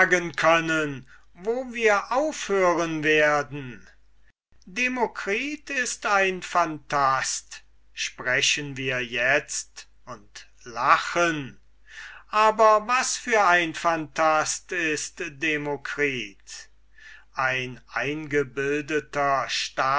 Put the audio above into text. können wo wir aufhören werden demokritus ist ein phantast sprechen wir itzt und lachen aber was für ein phantast ist demokritus ein eingebildeter